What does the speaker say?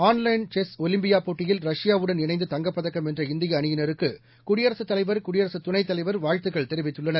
online chess Olympiad போட்டியில் ரஷ்யாவுடன் இணைந்து தங்கப்பதக்கம் வென்ற இந்திய அணியினருக்கு குடியரசு தலைவர் குடியரசு துணைத் தலைவர் வாழ்த்துக்கள் தெரிவித்துள்ளனர்